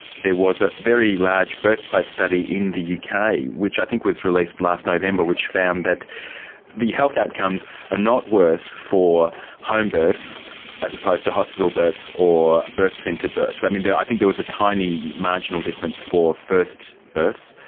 there was a very large birthplace study in the uk which i think was released last november, which found that the health outcomes are not worse for homebirths as opposed to hospital births or birth centre births. i mean, there. i think there was a tiny marginal difference for first births,